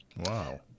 Wow